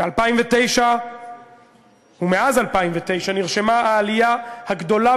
ב-2009 ומאז 2009 נרשמה העלייה הגדולה